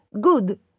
good